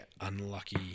unlucky